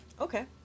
Okay